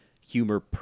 humor